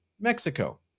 Mexico